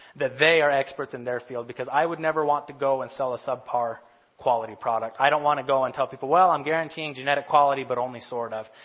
that they are experts in their field because i would never want to go and sell a subpar quality product. i don't want to go and tell people, well i'm guaranteeing genetic quality but only sort of.